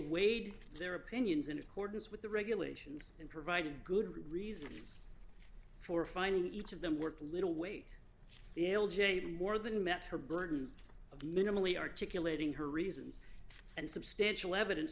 weighed their opinions in accordance with the regulations and provided good reasons for finding each of them work a little weight the ael jaden more than met her burden of minimally articulating her reasons and substantial evidence